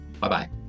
Bye-bye